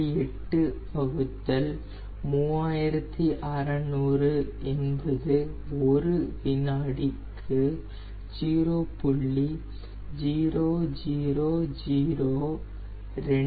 8 வகுத்தல் 3600 என்பது ஒரு வினாடிக்கு 0